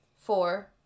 Four